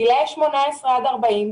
גילאי 18 עד 40,